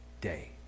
day